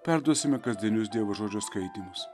perduosime kasdienius dievo žodžio skaitymus